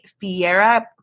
Fiera